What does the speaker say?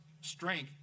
strength